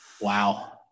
wow